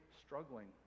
struggling